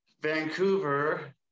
Vancouver